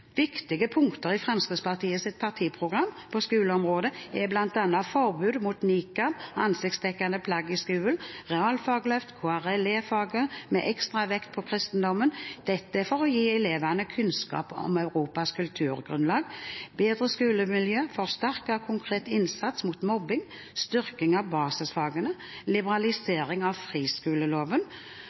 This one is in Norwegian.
Viktige punkter i Fremskrittspartiets partiprogram på skoleområdet er bl.a.: forbud mot nikab og ansiktsdekkende plagg i skolen realfagsløft KRLE-faget, med ekstra vekt på kristendommen – dette for å gi elever kunnskap om Europas kulturgrunnlag bedre skolemiljø forsterket og konkret innsats mot mobbing styrking av basisfagene liberalisering av friskoleloven